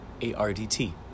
A-R-D-T